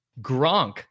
Gronk